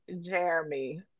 Jeremy